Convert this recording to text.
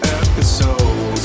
episode